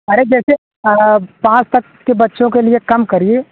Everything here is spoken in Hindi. अरे जैसे पाँच तक के बच्चों के लिये कम करिये